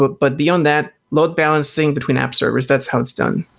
but but beyond that, load-balancing between app servers, that's how it's done.